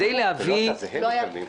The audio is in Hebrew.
זה לא אתה, זה הם מתעלמים.